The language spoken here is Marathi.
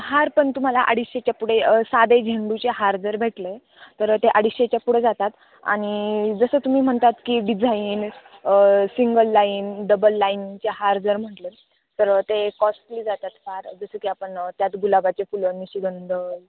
हार पण तुम्हाला अडीचशेच्या पुढे साधे झेंडूचे हार जर भेटले तर ते अडीचशेच्या पुढं जातात आणि जसं तुम्ही म्हणतात की डिझाईन सिंगल लाईन डबल लाईनचे हार जर म्हटलं तर ते कॉस्टली जातात फार जसं की आपण त्यात गुलाबाची फुलं निशिगंध